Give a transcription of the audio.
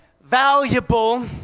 valuable